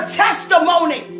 testimony